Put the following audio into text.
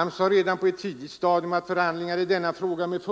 AMS har redan på ett tidigt stadium haft förhandlingar i denna fråga med